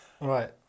Right